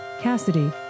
Cassidy